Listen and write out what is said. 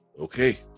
Okay